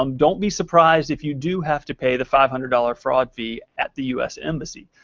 um don't be surprised if you do have to pay the five hundred dollars fraud fee at the u s. embassy.